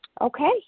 Okay